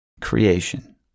creation